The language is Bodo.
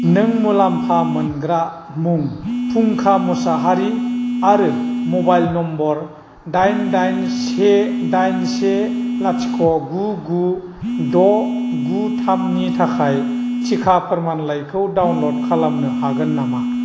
नों मुलाम्फा मोनग्रा मुं फुंखा मुसाहारी आरो मबाइल नम्बर दाइन दाइन से दाइन से लाथिख' गु गु द' गु थामनि थाखाय टिका फोरमानलाइखौ डाउनल'ड खालामनो हागोन नामा